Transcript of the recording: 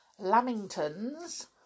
lamingtons